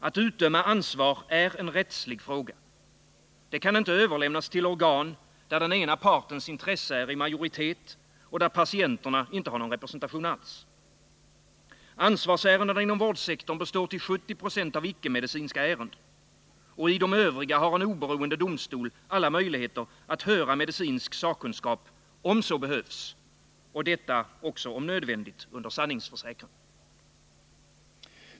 Att utdöma ansvar är en rättslig fråga. Det kan inte överlämnas till organ, där den ena partens intresse är i majoritet och där patienterna inte har någon representation alls. Ansvarsärendena inom vårdsektorn består till 70 96 av icke-medicinska ärenden. Och i de övriga har en oberoende domstol alla möjligheter att höra medicinsk sakkunskap om så behövs — och detta om nödvändigt under sanningsförsäkran.